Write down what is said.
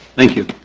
thank you.